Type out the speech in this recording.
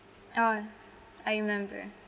oh I remember